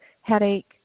headache